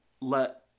let